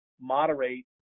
moderate